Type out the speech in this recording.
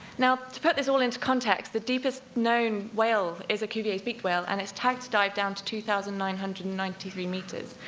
now, to put this all into context, the deepest known whale is a cuvier's beaked whale, and it's tagged to dive down to two thousand nine hundred and ninety three meters.